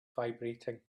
vibrating